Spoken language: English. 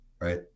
right